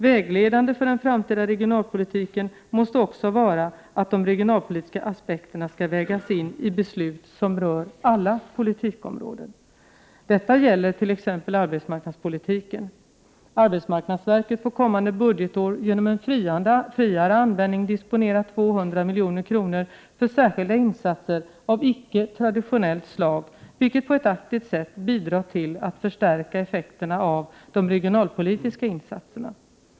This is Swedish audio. Vägledande för den framtida regionalpolitiken måste också vara att de regionalpolitiska aspekterna skall vägas in i beslut som rör alla politikområden. Detta gäller t.ex. arbetsmarknadspolitiken. AMS får kommande budgetår genom en friare användning disponera 200 milj.kr. för särskilda insatser av icke traditionellt slag, vilket på ett aktivt sätt bidrar till att förstärka effekterna av de regionalpolitiska insatserna.